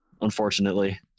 unfortunately